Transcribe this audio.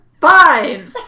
Fine